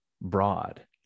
broad